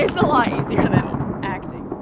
it's a lot easier than acting.